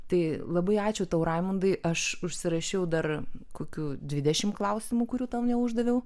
tai labai ačiū tau raimundui aš užsirašiau dar kokių dvidešimt klausimų kurių tau neuždaviau